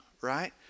right